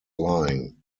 lying